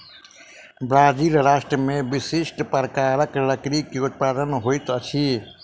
Brazil राष्ट्र में विशिष्ठ प्रकारक लकड़ी के उत्पादन होइत अछि